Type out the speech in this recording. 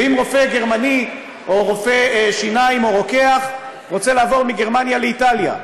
ואם רופא גרמני או רופא שיניים או רוקח רוצה לעבור מגרמניה לאיטליה,